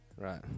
Right